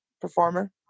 performer